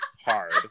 hard